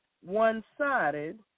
one-sided